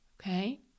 Okay